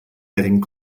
getting